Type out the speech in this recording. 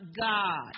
God